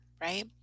right